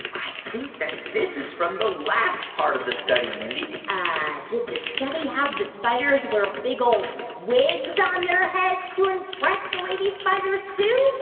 i think that this is from the last part of the study, mindy ah did the study have the spiders wear big, old wigs on their heads to impress the lady spiders, too?